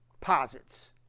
posits